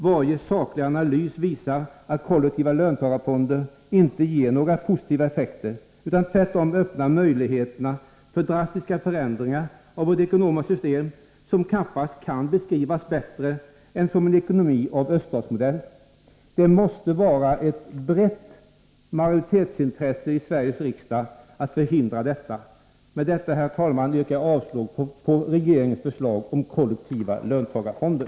Varje saklig analys visar att kollektiva löntagarfonder inte ger några positiva effekter utan tvärtom öppnar möjligheterna för drastiska förändringar av vårt ekonomiska system, en förändring som knappast kan beskrivas bättre än som en ekonomi av öststatsmodell. Det måste vara ett brett majoritetsintresse i Sveriges riksdag att förhindra detta. Med detta, herr talman, yrkar jag avslag på regeringens förslag om kollektiva löntagarfonder.